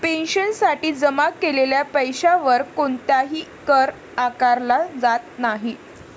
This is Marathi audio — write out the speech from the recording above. पेन्शनसाठी जमा केलेल्या पैशावर कोणताही कर आकारला जात नाही